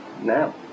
now